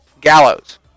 Gallows